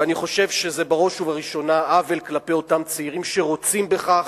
ואני חושב שזה בראש ובראשונה עוול כלפי אותם צעירים שרוצים בכך,